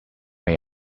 may